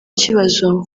kibazo